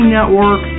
Network